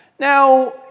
Now